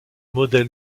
modèle